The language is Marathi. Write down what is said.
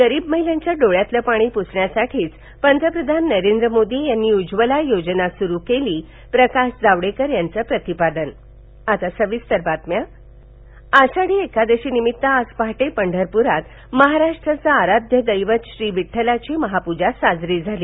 गरीब महिलांच्या डोळ्यातलं पाणी पुसण्यासाठीच पंतप्रधान नरेंद्र मोदी यांनी उज्जवला योजना सुरू केली प्रकाश जावडेकर यांचं प्रतिपादन सीएमवारी आषाढी एकादशीनिमित्त आज पहाटे पंढरप्रात महाराष्ट्राचं आराध्य दैवत श्री विड्ठलाची महाप्जा साजरी झाली